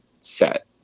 set